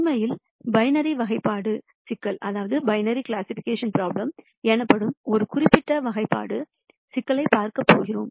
உண்மையில் பைனரி வகைப்பாடு சிக்கல் எனப்படும் ஒரு குறிப்பிட்ட வகைப்பாடு சிக்கலைப் பார்க்கப் போகிறோம்